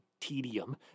tedium